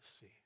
see